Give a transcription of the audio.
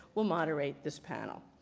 will moderate this panel.